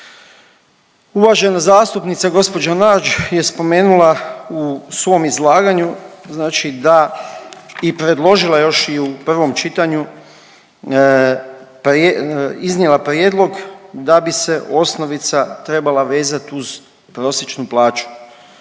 Uvažena zastupnica gospođa Nađ je spomenula u svom izlaganju znači da i predložila je još i u prvom čitanju iznijela prijedlog da bi se osnovica trebala vezati uz prosječnu plaću.